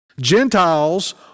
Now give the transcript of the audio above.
Gentiles